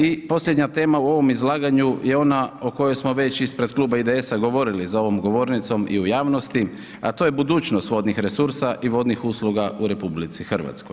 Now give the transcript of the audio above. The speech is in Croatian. I posljednja tema u ovom izlaganju je ona o kojoj smo već ispred Kluba IDS-a govorili za ovom govornicom i u javnosti a to je budućnost vodnih resursa i vodnih usluga u RH.